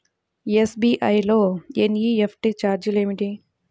SBI లో NEFT ఛార్జీలు ఏమిటి?